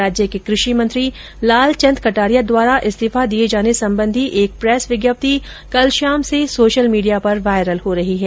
राज्य के कृषि मंत्री लालचन्द कटारिया द्वारा इस्तीफा दिये जाने संबंधी एक प्रेस विज्ञप्ति कल शाम से सोशल मीडिया पर वायरल हो रही है